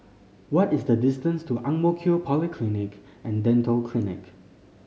what is the distance to Ang Mo Kio Polyclinic and Dental Clinic